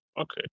Okay